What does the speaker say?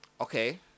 okay